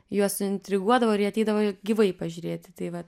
juos suintriguodavo ir jie ateidavo gyvai pažiūrėti tai va